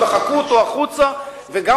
אמרתי.